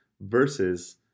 versus